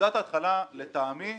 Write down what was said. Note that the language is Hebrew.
נקודת ההתחלה לטעמי,